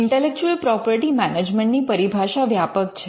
intellectual property management ની પરિભાષા વ્યાપક છે